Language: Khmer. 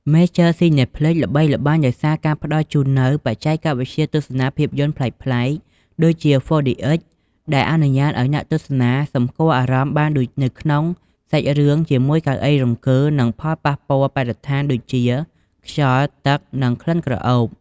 មេចឺ ស៊ីណេផ្លិច (Major Cineplex) ល្បីល្បាញដោយសារការផ្តល់ជូននូវបច្ចេកវិទ្យាទស្សនាភាពយន្តប្លែកៗ ដូចជា ហ្វ័រឌីអិច ដែលអនុញ្ញាតឱ្យអ្នកទស្សនាសម្គាល់អារម្មណ៍បានដូចនៅក្នុងសាច់រឿងជាមួយកៅអីរង្គើ និងផលប៉ះពាល់បរិស្ថានដូចជា ខ្យល់ ទឹក និងក្លិនក្រអូប។